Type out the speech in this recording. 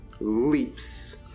leaps